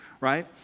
right